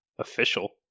Official